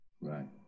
right